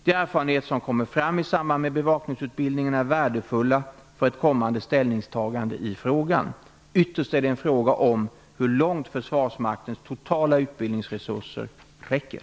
De erfarenheter som kommer fram i samband med bevakningsutbildningen är värde fulla för ett kommande ställningstagande i frågan. Ytterst är det fråga om hur långt försvarsmaktens totala utbildningsresurser räcker.